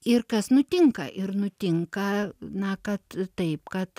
ir kas nutinka ir nutinka na kad taip kad